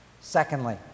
Secondly